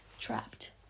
trapped